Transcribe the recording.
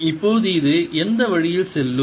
இப்போது இது எந்த வழியில் செல்லும்